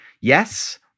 yes